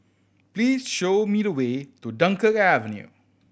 please show me the way to Dunkirk Avenue